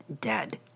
dead